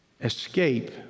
escape